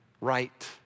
right